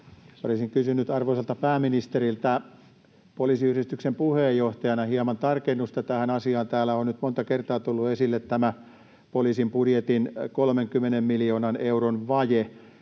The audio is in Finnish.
Olisin kysynyt arvoisalta pääministeriltä poliisiyhdistyksen puheenjohtajana hieman tarkennusta tähän asiaan. Täällä on nyt monta kertaa tullut esille tämä poliisin budjetin 30 miljoonan euron vaje,